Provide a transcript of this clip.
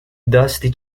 dusty